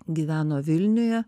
gyveno vilniuje